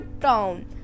town